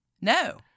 No